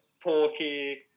porky